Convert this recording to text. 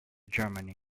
germany